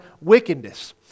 wickedness